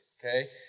okay